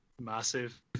massive